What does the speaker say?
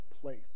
place